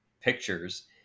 pictures